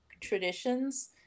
Traditions